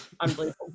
unbelievable